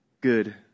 good